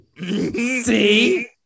See